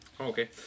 Okay